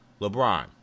LeBron